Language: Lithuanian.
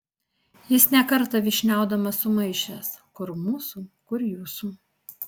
jis ne kartą vyšniaudamas sumaišęs kur mūsų kur jūsų